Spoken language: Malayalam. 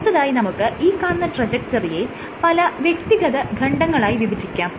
അടുത്തതായി നമുക്ക് ഈ കാണുന്ന ട്രജക്ടറിയെ പല വ്യക്തിഗത ഖണ്ഡങ്ങളായി വിഭജിക്കാം